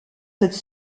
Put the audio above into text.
cette